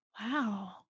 Wow